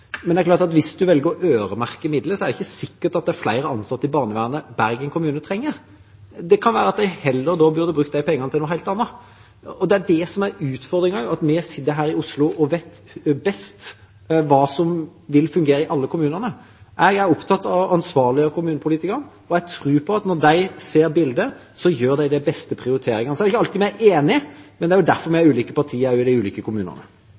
Men det er klart at selv om en velger å øremerke midler, er det ikke sikkert at det er flere ansatte i barnevernet Bergen kommune trenger. Det kan være at de heller burde brukt de pengene til noe helt annet. Det som er utfordringen, er at vi sitter her i Oslo og vet best hva som vil fungere i alle kommunene. Jeg er opptatt av å ansvarliggjøre kommunepolitikerne, og jeg tror at når de ser bildet, gjør de de beste prioriteringene. Det er ikke alltid vi er enig, men det er derfor vi har ulike partier i de ulike kommunene.